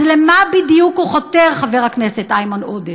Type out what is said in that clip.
אז למה בדיוק הוא חותר, חבר הכנסת איימן עודה?